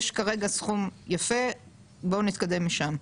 יש כרגע סכום יפה בואו נתקדם משם.